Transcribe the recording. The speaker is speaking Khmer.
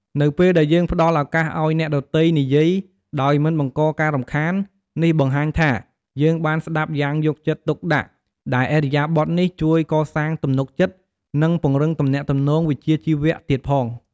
នៅពេលដែលយើងផ្តល់ឱកាសឲ្យអ្នកដទៃនិយាយដោយមិនបង្កការរំខាន នេះបង្ហាញថា យើងបានស្តាប់យ៉ាងយកចិត្តទុកដាក់ ដែលឥរិយាបថនេះជួយកសាងទំនុកចិត្ត និងពង្រឹងទំនាក់ទំនងវិជ្ជាជីវៈទៀតផង។